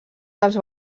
dels